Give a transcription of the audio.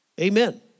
Amen